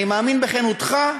אני מאמין בכנותך,